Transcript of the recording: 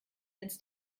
ins